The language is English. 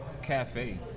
Cafe